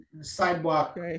sidewalk